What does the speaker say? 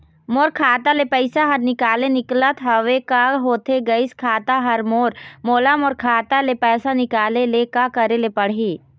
मोर खाता ले पैसा हर निकाले निकलत हवे, का होथे गइस खाता हर मोर, मोला मोर खाता ले पैसा निकाले ले का करे ले पड़ही?